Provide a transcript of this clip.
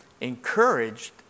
encouraged